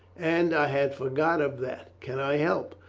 and i had forgot of that. can i help?